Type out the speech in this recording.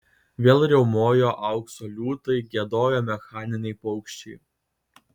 vėl riaumojo aukso liūtai giedojo mechaniniai paukščiai